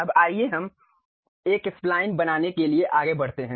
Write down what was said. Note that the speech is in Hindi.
अब आइए हम एक स्पलाइन बनाने के लिए आगे बढ़ते हैं